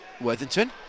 Worthington